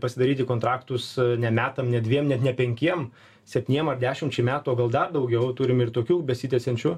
pasidaryti kontraktus ne metam ne dviem net ne penkiem septyniem ar dešimčiai metų o gal dar daugiau turim ir tokių besitęsiančių